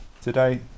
Today